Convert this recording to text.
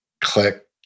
click